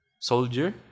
soldier